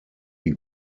die